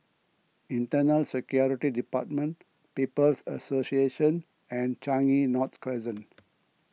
Internal Security Department People's Association and Changi North Crescent